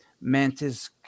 Mantis